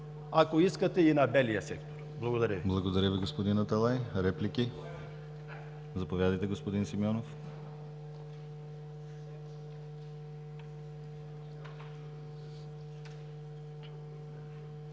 ако искате – и на белия сектор. Благодаря.